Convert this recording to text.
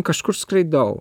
kažkur skraidau